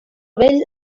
vell